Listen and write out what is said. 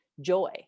joy